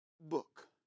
book